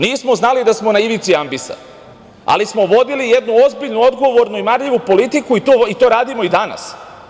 Nismo znali da smo na ivici ambisa, ali smo vodili jednu ozbiljnu, odgovornu i marljivu politiku i to radimo i danas.